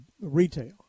retail